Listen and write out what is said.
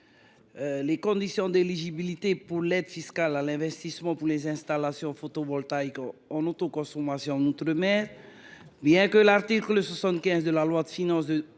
les conditions d’éligibilité à l’aide fiscale à l’investissement des installations photovoltaïques d’autoconsommation en outre mer. Bien que l’article 75 de la loi de finances